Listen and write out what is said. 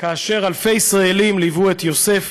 כאשר אלפי ישראלים ליוו את יוסף,